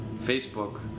Facebook